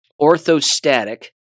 orthostatic